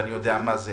ואני יודע באיזה